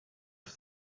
for